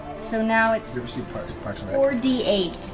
so now it's sort of so four it's four d eight.